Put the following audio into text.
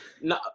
no